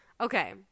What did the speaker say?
Okay